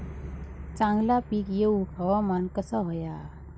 चांगला पीक येऊक हवामान कसा होया?